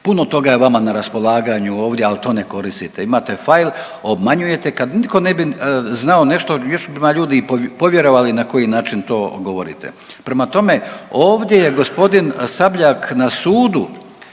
puno toga je vama na raspolaganju ovdje, ali to ne koristite, imate fail, obmanjujete kad nitko ne bi znao nešto još bi vam ljudi i povjerovali na koji način to govorite. Prema tome, ovdje je gospodin Sabljak na sudu